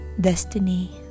destiny